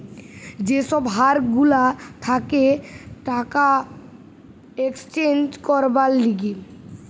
যে সব হার গুলা থাকে টাকা এক্সচেঞ্জ করবার লিগে